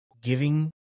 giving